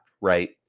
Right